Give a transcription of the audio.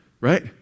right